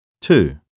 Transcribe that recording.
Two